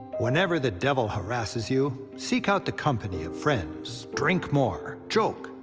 whenever the devil harasses you, seek out the company of friends, drink more, joke,